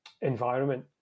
environment